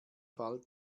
fall